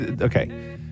okay